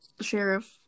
Sheriff